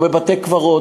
או בבתי-קברות,